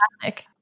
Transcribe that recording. classic